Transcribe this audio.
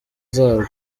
zarwo